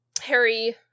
Harry